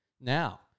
now